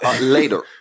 later